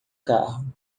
carro